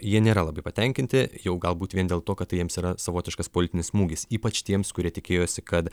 jie nėra labai patenkinti jau galbūt vien dėl to kad tai jiems yra savotiškas politinis smūgis ypač tiems kurie tikėjosi kad